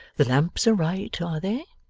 the lamps are right, are they?